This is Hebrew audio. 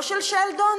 לא של שלדון?